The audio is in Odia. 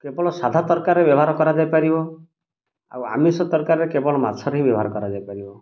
କେବଳ ସାଧା ତରକାରୀରେ ବ୍ୟବହାର କରାଯାଇପାରିବ ଆଉ ଆମିଷ ତରକାରୀରେ କେବଳ ମାଛରେ ହିଁ ବ୍ୟବହାର କରାଯାଇପାରିବ